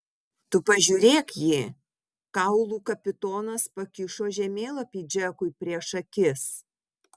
tu pažiūrėk jį kaulų kapitonas pakišo žemėlapį džekui prieš akis